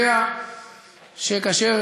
יודע שכאשר,